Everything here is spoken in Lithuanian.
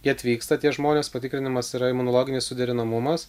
jie atvyksta tie žmonės patikrinimas yra imunologinis suderinamumas